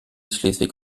schleswig